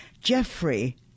Jeffrey